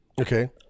Okay